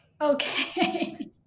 Okay